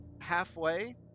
halfway